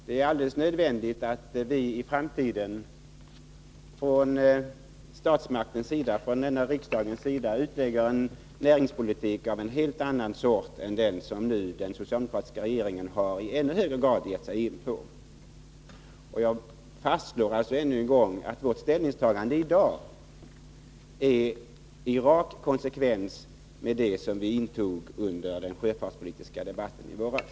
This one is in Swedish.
Det är nödvändigt att riksdagen i framtiden utvecklar en näringspolitik av helt annan sort än den som den socialdemokratiska regeringen nu har givit sig in på. Jag fastslår ännu en gång att vårt ställningstagande i dag är i rak konsekvens med vårt ställningstagande under den sjöfartspolitiska debatten i våras.